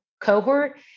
cohort